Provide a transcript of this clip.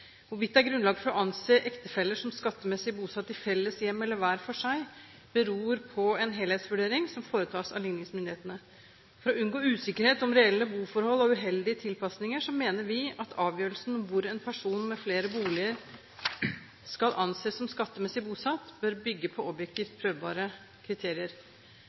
Hvorvidt det er grunnlag for å anse ektefeller som skattemessig bosatt i felles hjem eller hver for seg, beror på en helhetsvurdering som foretas av ligningsmyndighetene. For å unngå usikkerhet om reelle boforhold og uheldige tilpasninger mener vi at avgjørelsen om hvor en person med flere boliger skal anses som skattemessig bosatt, bør bygge på objektivt prøvbare kriterier.